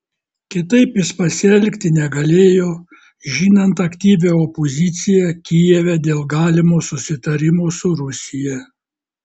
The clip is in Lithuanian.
kitaip jis pasielgti negalėjo žinant aktyvią opoziciją kijeve dėl galimo susitarimo su rusija